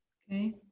okay.